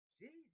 Jesus